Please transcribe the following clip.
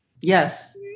Yes